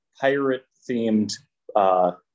pirate-themed